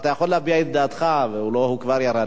אתה יכול להביע את דעתך, הוא כבר ירד.